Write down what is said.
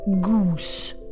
goose